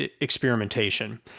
experimentation